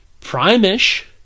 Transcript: prime-ish